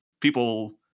people